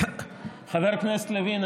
חבר הכנסת לוין,